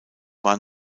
war